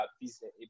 business